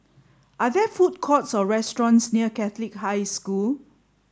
are there food courts or restaurants near Catholic High School